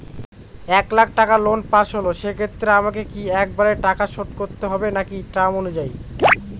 এক লাখ টাকা loan pass হল সেক্ষেত্রে আমাকে কি একবারে টাকা শোধ করতে হবে নাকি টার্ম অনুযায়ী?